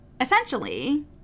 essentially